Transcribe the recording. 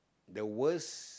the worst